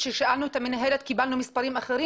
כששאלנו את המינהלת קיבלנו מספרים אחרים